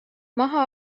maha